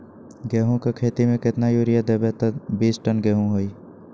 गेंहू क खेती म केतना यूरिया देब त बिस टन गेहूं होई?